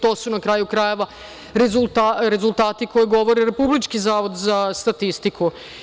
To su na kraju krajeva rezultati koji govori Republički zavod za statistiku.